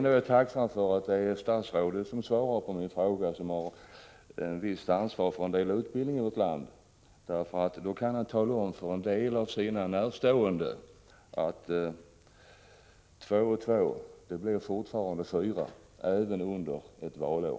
Jag är tacksam att det är statsrådet som svarar på min fråga, eftersom han har ett visst ansvar för utbildningen i vårt land och kan tala om för några av sina närstående att två och två fortfarande blir fyra — även under ett valår.